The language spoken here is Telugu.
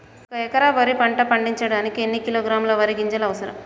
ఒక్క ఎకరా వరి పంట పండించడానికి ఎన్ని కిలోగ్రాముల వరి గింజలు అవసరం?